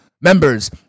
members